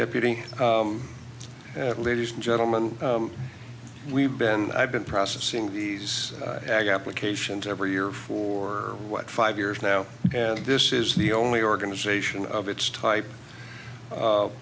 deputy ladies and gentlemen we've been i've been processing these applications every year for what five years now and this is the only organization of its type